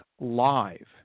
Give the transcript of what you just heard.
Live